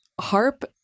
harp